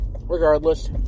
regardless